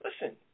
listen